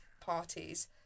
parties